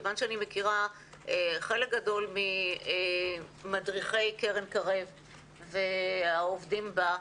מכיוון שאני מכירה חלק גדול ממדריכי קרן קרב והעובדים בה: